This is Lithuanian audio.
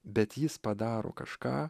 bet jis padaro kažką